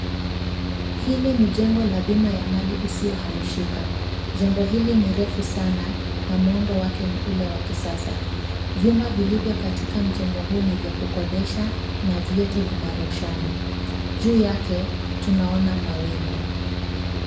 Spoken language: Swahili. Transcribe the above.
Hili ni jengo la bima ya mali isiyohamishika. Jengo hili ni refu sana na muundo wake ni ule wa kisasa. Vyumba vilivyo katika mjengo huu ni vya kukodesha na vyote vina roshani. Juu yake tunaona mawingu.